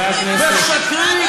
השמצתם,